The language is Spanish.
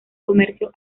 comercio